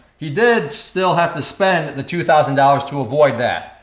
he did still have to spend the two thousand dollars to avoid that.